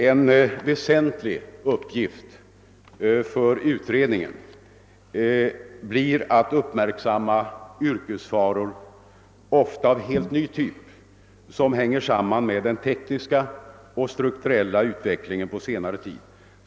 En väsentlig uppgift för utredningen blir att uppmärksamma yrkesfaror — ofta av helt ny typ — som hänger samman med den tekniska och strukturella utvecklingen på senare tid.